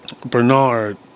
Bernard